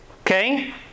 Okay